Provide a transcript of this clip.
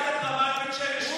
במיוחד את רמת בית שמש הוא,